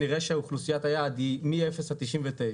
נראה שאוכלוסיית היעד היא מאפס עד 99,